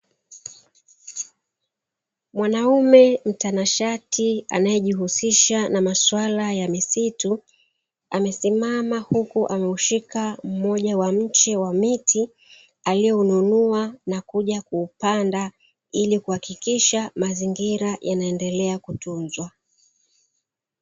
Mwanaume mtanashati anayejihusisha na maswala ya misitu amesimama, huku ameushika mmoja wa mche wa miti alioununua na kuja kuupanda ili kuhakikisha mazingira yanaendelea kutunzwa.